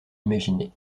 imaginées